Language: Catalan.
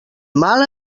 mal